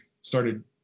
started